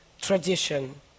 tradition